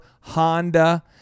Honda